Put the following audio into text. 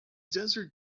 desert